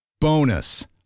Bonus